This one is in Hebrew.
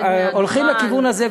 הולכים לכיוון הזה,